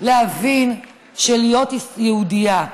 להבין שלהיות יהודייה,